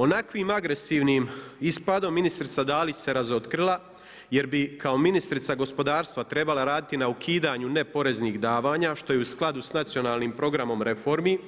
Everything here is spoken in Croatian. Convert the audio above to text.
Onakvim agresivnim ispadom ministrica Dalić se razotkrila, jer bi kao ministrica gospodarstva trebala raditi na ukidanju neporeznih davanja što je i u skladu sa Nacionalnim programom reformi,